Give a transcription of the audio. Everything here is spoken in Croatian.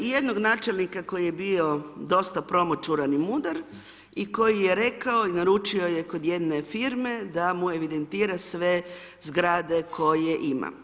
Jednog načelnika koji je bio dosta promućuran i mudar i koji je rekao i naručio je kod jedne firme da mu evidentira sve zgrade koje ima.